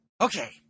Okay